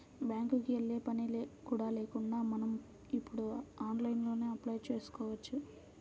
బ్యేంకుకి యెల్లే పని కూడా లేకుండా మనం ఇప్పుడు ఆన్లైన్లోనే అప్లై చేసుకోవచ్చు